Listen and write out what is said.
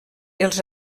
els